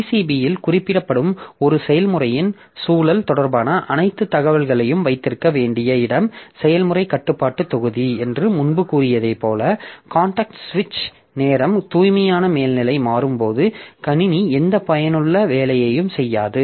PCB இல் குறிப்பிடப்படும் ஒரு செயல்முறையின் சூழல் தொடர்பான அனைத்து தகவல்களையும் வைத்திருக்க வேண்டிய இடம் செயல்முறை கட்டுப்பாட்டு தொகுதி என்று முன்பு கூறியது போல காண்டெக்ஸ்ட் சுவிட்ச் நேரம் தூய்மையான மேல்நிலை மாறும்போது கணினி எந்த பயனுள்ள வேலையும் செய்யாது